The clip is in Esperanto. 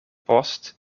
post